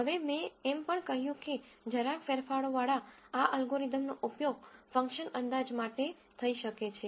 હવે મેં એમ પણ કહ્યું કે જરાક ફેરફારોવાળા આ અલ્ગોરિધમનો ઉપયોગ ફંક્શન અંદાજ માટે થઈ શકે છે